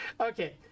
Okay